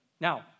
Now